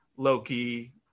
loki